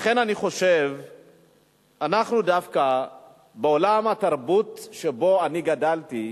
לכן, אני חושב שדווקא בעולם התרבות שבו אני גדלתי,